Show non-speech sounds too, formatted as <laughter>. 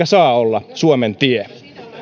<unintelligible> saa olla suomen tie